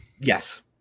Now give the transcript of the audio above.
Yes